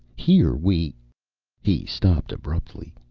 here we he stopped abruptly.